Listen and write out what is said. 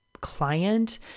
client